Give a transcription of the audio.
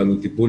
והטיפול,